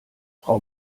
frau